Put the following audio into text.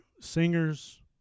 singers